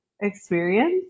experience